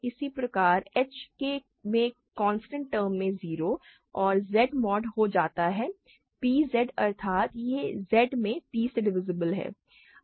इसी प्रकार h के कांस्टेंट टर्म में 0 और Z mod हो जाता है p Z अर्थात यह Z में p से डिवीसीब्ल है